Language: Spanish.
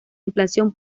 inflación